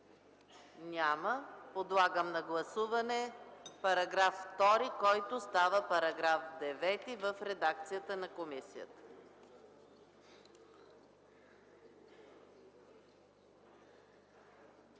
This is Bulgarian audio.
Няма. Подлагам на гласуване § 2, който става § 9, в редакцията на комисията.